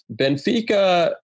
Benfica